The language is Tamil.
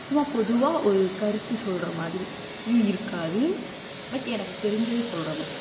சும்மா பொதுவாக ஒரு கருத்து சொல்லுற மாதிரி இருக்காது பட் எனக்கு தெரிஞ்சது சொல்லுற மாதிரி